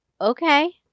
okay